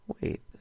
Wait